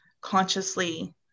consciously